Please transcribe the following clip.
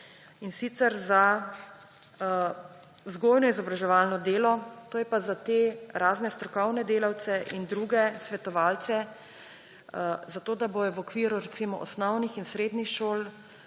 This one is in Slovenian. in sicer za vzgojno-izobraževalno delo, to je pa za te razne strokovne delavce in druge svetovalce, zato da bodo v okviru osnovnih in srednjih šol